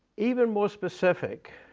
even more specific